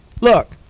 Look